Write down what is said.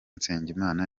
nsengimana